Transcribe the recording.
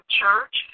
church